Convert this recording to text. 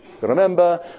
Remember